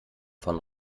von